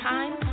Time